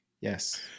Yes